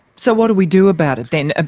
so what do we do about it then? ah